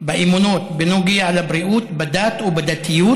באמונות בנוגע לבריאות, בדת ובדתיות,